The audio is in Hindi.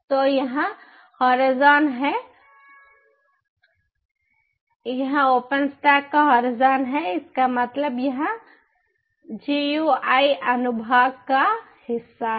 तो यह होराइज़न है यह ओपनस्टैक का होराइज़न है इसका मतलब यह जीयूआई अनुभाग का हिस्सा है